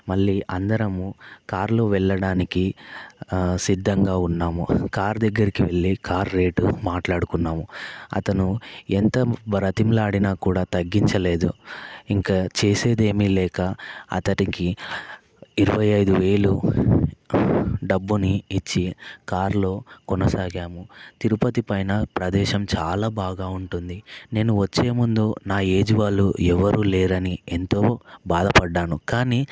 మళ్ళీ అందరమూ కారులో వెళ్ళడానికి సిద్ధంగా ఉన్నాము కార్ దగ్గరికి వెళ్ళి కార్ రేటు మాట్లాడుకున్నాము అతను ఎంత బ్రతిమలాడినా కూడా తగ్గించలేదు ఇంకా చేసేదేమీ లేక అతడికి ఇరవై ఐదు వేలు డబ్బుని ఇచ్చి కార్లో కొనసాగాము తిరుపతి పైన ప్రదేశం చాలా బాగా ఉంటుంది నేను వచ్చేముందు నా ఏజ్ వాళ్ళు ఎవరూ లేరని ఎంతో బాధపడ్డాను కానీ